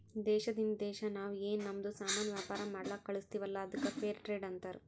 ದೇಶದಿಂದ್ ದೇಶಾ ನಾವ್ ಏನ್ ನಮ್ದು ಸಾಮಾನ್ ವ್ಯಾಪಾರ ಮಾಡ್ಲಕ್ ಕಳುಸ್ತಿವಲ್ಲ ಅದ್ದುಕ್ ಫೇರ್ ಟ್ರೇಡ್ ಅಂತಾರ